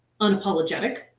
unapologetic